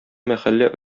мәхәллә